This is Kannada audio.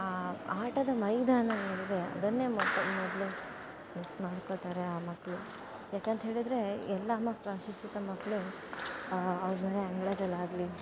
ಆ ಆಟದ ಮೈದಾನಗಳಿಗೆ ಅದನ್ನೇ ಮೊದ ಮೊದಲು ಮಿಸ್ ಮಾಡ್ಕೋತಾರೆ ಆ ಮಕ್ಕಳು ಯಾಕಂತ ಹೇಳಿದರೆ ಎಲ್ಲಾ ಮಕ್ಕ ಅಶಿಕ್ಷಿತ ಮಕ್ಕಳು ಅವ್ರ ಮನೆ ಅಂಗಳದಲ್ಲಾಗ್ಲಿ